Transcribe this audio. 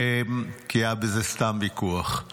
כי היה בזה סתם ויכוח.